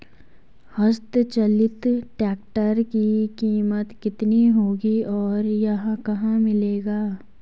हस्त चलित ट्रैक्टर की कीमत कितनी होगी और यह कहाँ मिलेगा?